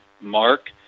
Mark